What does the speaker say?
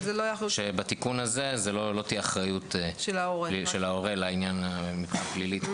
אז שבתיקון הזה לא תהיה אחריות של ההורה לעניין הפלילי.